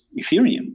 Ethereum